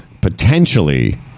Potentially